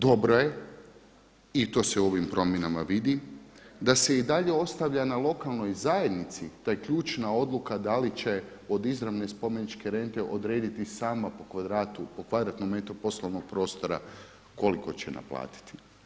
Dobro je i to se u ovim promjenama vidi da se i dalje ostavlja na lokalnoj zajednici ta ključna odluka da li će od izravne spomeničke rente odrediti sama po kvadratu, po kvadratnom metru poslovnog prostora koliko će naplatiti.